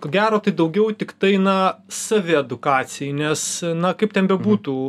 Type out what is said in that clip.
ko gero tai daugiau tiktai na saviedukacijai nes na kaip ten bebūtų